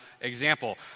example